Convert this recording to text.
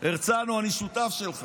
הרצנו, אני שותף שלך.